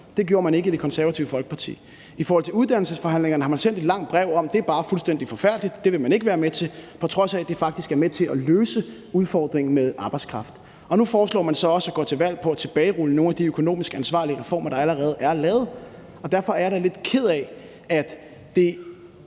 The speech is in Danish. det gjorde man ikke i Det Konservative Folkeparti. I forhold til uddannelsesforhandlingerne har man sendt et langt brev om, at det bare er fuldstændig forfærdeligt og det vil man ikke være med til, på trods af at det faktisk er med til at løse udfordringen med arbejdskraft. Og nu foreslår man så også at gå til valg på at tilbagerulle nogle af de økonomisk ansvarlige reformer, der allerede er lavet. Derfor er jeg da lidt ked af, at det